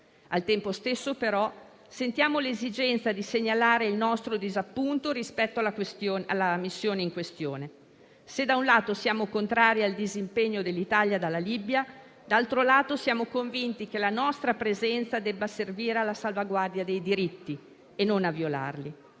Al tempo stesso, però, sentiamo l'esigenza di segnalare il nostro disappunto rispetto alla missione in questione. Se da un lato siamo contrari al disimpegno dell'Italia dalla Libia, dall'altro lato siamo convinti che la nostra presenza debba servire alla salvaguardia dei diritti e non a violarli.